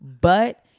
But-